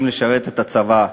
לא,